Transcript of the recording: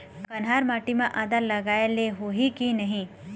कन्हार माटी म आदा लगाए ले होही की नहीं?